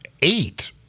eight